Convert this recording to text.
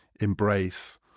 embrace